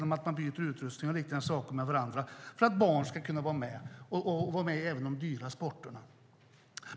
Man byter utrustning och liknande saker med varandra för att barn ska kunna vara med och även kunna vara med i de dyra sporterna.